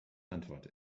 antwort